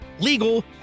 legal